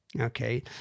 okay